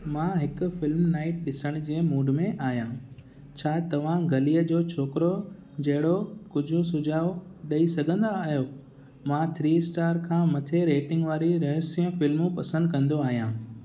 मां हिकु film night ॾिसण जे मूड में आहियां छा तव्हां ॻलीअ जो छोकिरो ॼहिड़ो कुझु सुझाव ॾेई सघंदा आहियो मां थ्री स्टार खां मथे रेटिंग वारी रहस्य फ़िल्मूं पसंदि कंदो आहियां